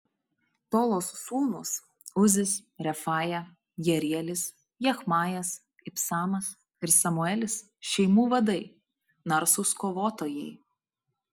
tolos sūnūs uzis refaja jerielis jachmajas ibsamas ir samuelis šeimų vadai narsūs kovotojai